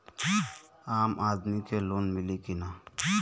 आम आदमी के लोन मिली कि ना?